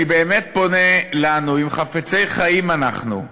אני באמת פונה אלינו: אם חפצי חיים אנחנו,